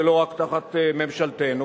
ולא רק תחת ממשלתנו,